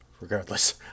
regardless